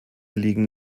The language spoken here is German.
liegen